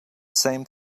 same